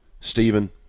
Stephen